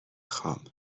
خوام